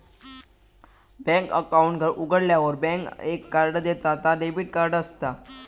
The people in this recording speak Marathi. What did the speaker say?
बॅन्क अकाउंट उघाडल्यार बॅन्क एक कार्ड देता ता डेबिट कार्ड असता